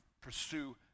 pursue